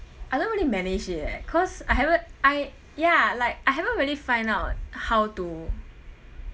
I don't really manage it eh cause I haven't I ya like I haven't really find out how to